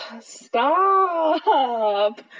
Stop